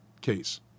case